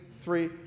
three